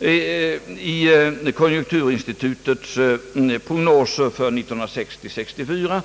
i långtidsutredningens prognoser för 1960—1964.